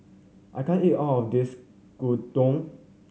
I can't eat all of this Gyudon